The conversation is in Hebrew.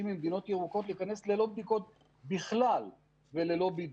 ממדינות ירוקות להיכנס ללא בדיקות בכלל וללא בידוד.